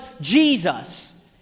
Jesus